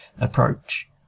approach